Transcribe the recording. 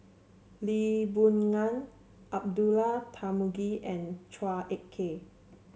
Lee Boon Ngan Abdullah Tarmugi and Chua Ek Kay